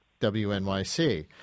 WNYC